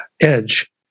Edge